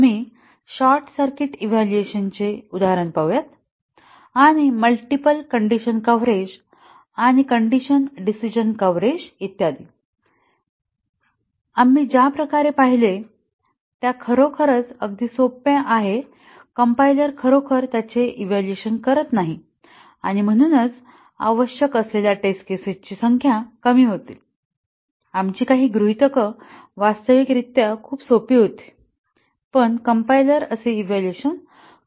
आम्ही short circuit इव्हॅल्युएशनचे उदाहरण पाहू आणि मल्टिपल कंडिशन कव्हरेज आणि कण्डिशन डिसिजणं कव्हरेज इत्यादि आम्ही ज्या प्रकारे पाहिले त्या खरोखरच अगदी सोपी आहे कंपाईलर खरोखर त्याचे इव्हॅल्युएशन करत नाही आणि म्हणूनच आवश्यक असलेल्या टेस्ट केसेस ची संख्या कमी होतील आमची काही गृहीतक वास्तविक रित्या खूप सोपी होती पण कंपाईलर असे इव्हॅल्युएशन करत नाही